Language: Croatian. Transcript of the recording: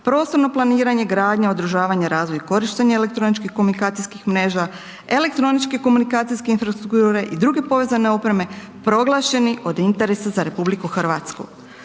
prostorno planiranje, gradnja, održavanje, razvoj i korištenje elektroničko-komunikacijskih mreža, elektronička komunikacijske infrastrukture i druge povezane opreme, proglašeni od interesa za RH.